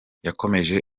yakomeje